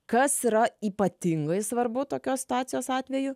kas yra ypatingai svarbu tokios situacijos atveju